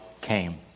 came